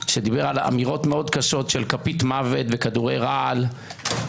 שדיבר על אמירות מאוד קשות של כפית מוות וכדורי רעל,